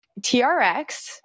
TRX